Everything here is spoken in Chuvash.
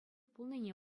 пулнине